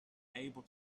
able